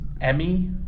Emmy